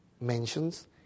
mentions